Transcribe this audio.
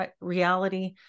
reality